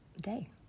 day